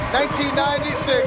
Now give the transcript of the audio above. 1996